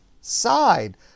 side